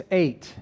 eight